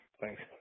Thanks